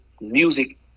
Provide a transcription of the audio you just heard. music